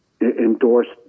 endorsed